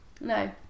No